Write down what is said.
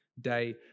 day